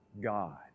God